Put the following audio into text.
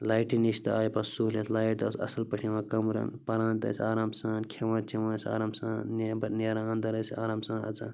لایِٹہِ نِش تہِ آے پَتہٕ سہوٗلیَت لایِٹ ٲس اَصٕل پٲٹھۍ یِوان کَمرَن پَران تہٕ ٲسۍ آرام سان کھٮ۪وان چٮ۪وان ٲسۍ آرام سان نٮ۪بَر نیران اَندَر ٲسۍ آرام سان اَژان